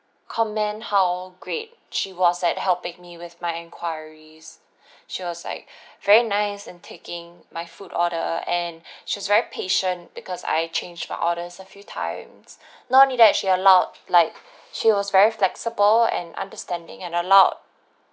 comment how great she was at helping me with my inquiries she was like very nice in taking my food order and she was very patient because I changed my orders a few times not only that she allowed like she was very flexible and understanding and allowed